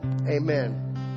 Amen